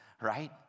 right